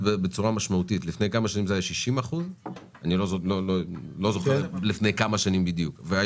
היהדות לא מעניינת אתכם?